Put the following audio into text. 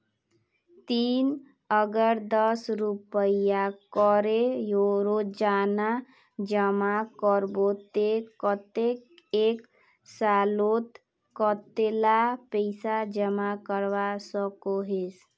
ती अगर दस रुपया करे रोजाना जमा करबो ते कतेक एक सालोत कतेला पैसा जमा करवा सकोहिस?